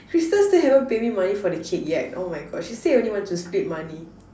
Crystal still haven't pay me money for the cake yet oh my God she say only want to split money